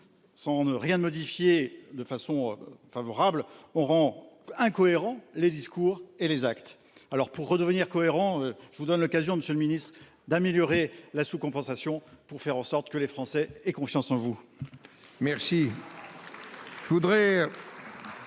Sans ne rien modifier de façon favorable on rend incohérent. Les discours et les actes. Alors pour redevenir cohérent. Je vous donne l'occasion, Monsieur le Ministre, d'améliorer la sous-compensation pour faire en sorte que les Français aient confiance en vous. Merci.